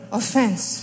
offense